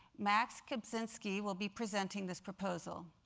max kapczynski will be presenting this proposal.